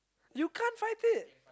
you can't fight it